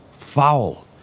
Foul